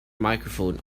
microphone